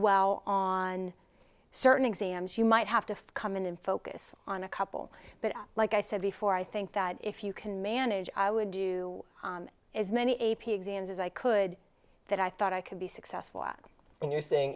well on certain exams you might have to come in and focus on a couple but like i said before i think that if you can manage i would do as many a p exams as i could that i thought i could be successful at and you're saying